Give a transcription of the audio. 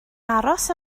aros